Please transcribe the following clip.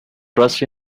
trust